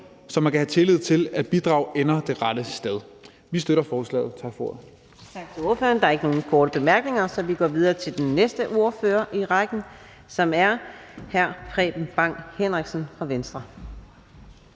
så man kan have tillid til, at bidrag ender det rette sted. Vi støtter forslaget.